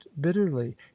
bitterly